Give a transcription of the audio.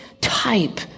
type